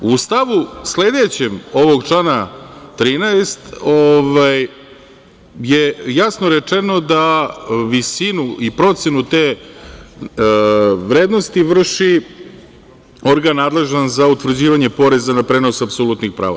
U stavu sledećem ovog člana 13. je jasno rečeno da visinu i procenu te vrednosti vrši organ nadležan za utvrđivanje poreza na prenos apsolutnih prava.